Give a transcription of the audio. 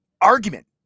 argument